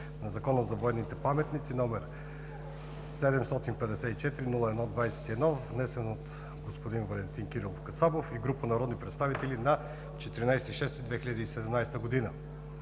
на Закона за военните паметници, № 754-01-21, внесен от Валентин Кирилов Касабов и група народни представители на 14 юни 2017 г.